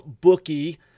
Bookie